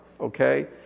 okay